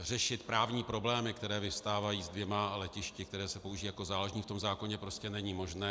Řešit právní problémy, které vyvstávají s dvěma letišti, která se používají jako záložní, v tom zákoně prostě není možné.